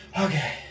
okay